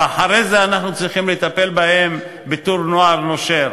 ואחרי זה אנחנו צריכים לטפל בהם בתור נוער נושר.